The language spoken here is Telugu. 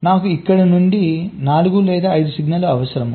నాకు ఇక్కడి నుండి 4 లేదా 5 సిగ్నల్స్ అవసరం